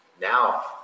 now